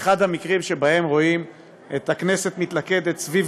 אחד המקרים שבהם רואים את הכנסת מתלכדת סביב